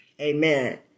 Amen